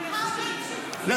מה זה?